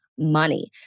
money